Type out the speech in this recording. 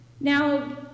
Now